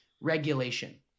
regulation